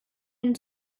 den